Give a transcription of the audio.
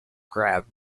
crab